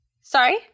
Sorry